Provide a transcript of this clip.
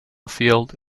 field